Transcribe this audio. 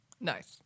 Nice